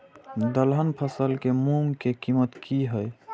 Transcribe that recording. दलहन फसल के मूँग के कीमत की हय?